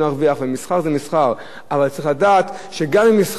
אבל צריך לדעת שגם במסחר צריכים להיות כללים הגונים,